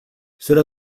cela